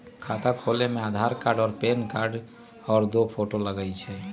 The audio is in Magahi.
खाता खोले में आधार कार्ड और पेन कार्ड और दो फोटो लगहई?